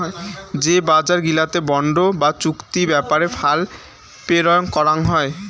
যে বজার গিলাতে বন্ড বা চুক্তি ব্যাপারে ফাল পেরোয় করাং হই